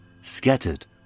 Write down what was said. scattered